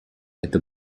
это